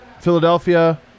Philadelphia